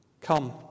Come